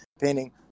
painting